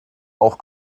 auch